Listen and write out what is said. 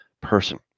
person